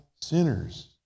Sinners